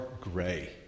Gray